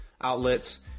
outlets